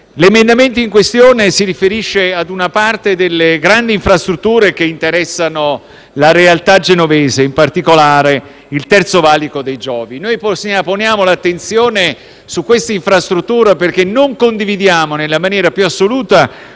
l’emendamento in questione si riferisce a una parte delle grandi infrastrutture che interessano la realtà genovese, in particolare il Terzo Valico dei Giovi. Noi poniamo l’attenzione su questa infrastruttura, perché non condividiamo nella maniera più assoluta